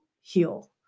heal